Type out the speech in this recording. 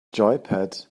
joypad